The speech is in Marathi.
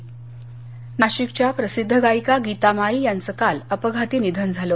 निधन नाशिक नाशिकच्या प्रसिद्ध गायिका गीता माळी यांचं काल अपघाती निधन झालं